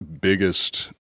biggest